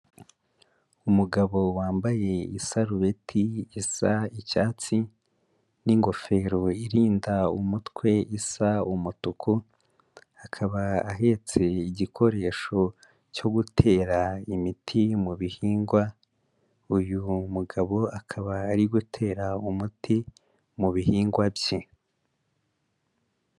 Umugabo wambaye isarubeti isa icyatsi n'ingofero irinda umutwe isa umutuku, akaba ahetse igikoresho cyo gutera imiti mu bihingwa, uyu mugabo akaba ari gutera umuti mu bihingwa bye.